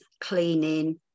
cleaning